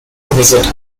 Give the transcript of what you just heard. visit